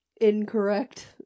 incorrect